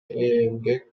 эмгек